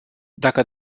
dacă